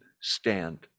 stand